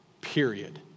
period